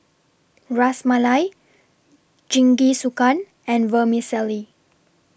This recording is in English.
Ras Malai Jingisukan and Vermicelli